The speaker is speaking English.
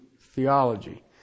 theology